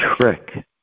trick